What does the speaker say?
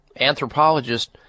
Anthropologist